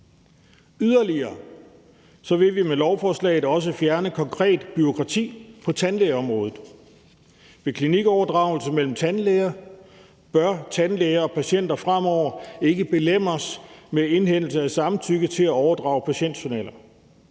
Yderligere vil vi med lovforslaget også fjerne konkret bureaukrati på tandlægeområdet. Ved klinikoverdragelse mellem tandlæger bør tandlæger og patienter fremover ikke belemres med indhentelse af samtykke til at overdrage patientjournaler.